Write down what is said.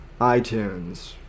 iTunes